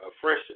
fresh